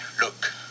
Look